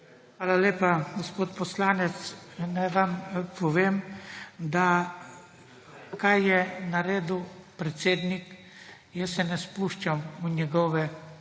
Hvala lepa. Gospod poslanec naj vam povem da kar je naredil predsednik jaz se ne spuščam v njegove odločitve.